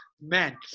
man